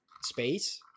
space